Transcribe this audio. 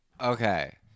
Okay